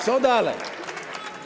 Co dalej?